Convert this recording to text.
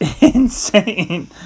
insane